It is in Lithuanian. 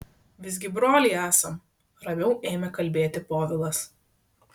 visgi broliai esam ramiau ėmė kalbėti povilas